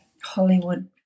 Hollywood